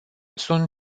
sunt